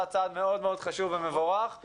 צעד מאוד מאוד חשוב ומבורך ועשה תיקון.